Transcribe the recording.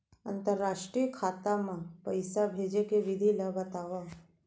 अंतरराष्ट्रीय खाता मा पइसा भेजे के विधि ला बतावव?